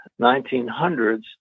1900s